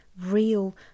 real